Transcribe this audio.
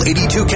82